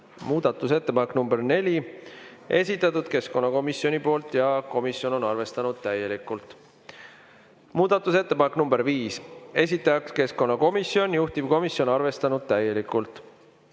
Muudatusettepanek nr 4, esitanud keskkonnakomisjon ja komisjon on arvestanud täielikult. Muudatusettepanek nr 5, esitajaks keskkonnakomisjon, juhtivkomisjon on arvestanud täielikult.